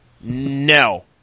No